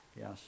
yes